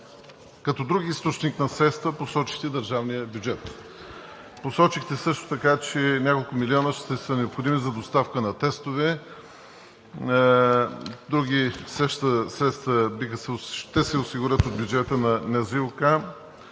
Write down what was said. Като друг източник на средства посочихте държавния бюджет. Посочихте също, че няколко милиона ще са необходими за доставка на тестове, други средства ще се осигурят от бюджета на НЗОК за